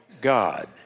God